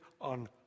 on